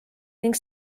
ning